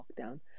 lockdown